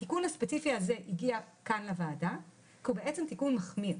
התיקון הספציפי הזה הגיע לוועדה כי הוא בעצם תיקון מחמיר,